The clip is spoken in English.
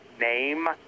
name